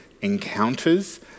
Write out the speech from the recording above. encounters